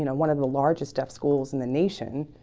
you know one of the largest deaf schools in the nation